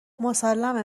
مسلمه